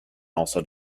also